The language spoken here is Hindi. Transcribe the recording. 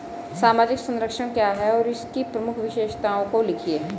सामाजिक संरक्षण क्या है और इसकी प्रमुख विशेषताओं को लिखिए?